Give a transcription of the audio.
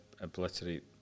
obliterate